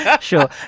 Sure